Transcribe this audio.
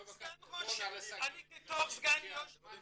עוד משפט.